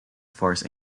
force